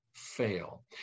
fail